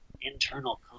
internal